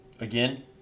Again